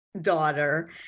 daughter